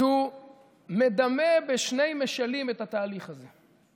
אז הוא מדמה בשני משלים את התהליך הזה.